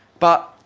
but,